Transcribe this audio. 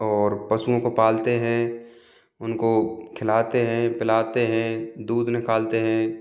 और पशुओं को पालते हैं उनको खिलाते हैं पिलाते हैं दूध निकालते हैं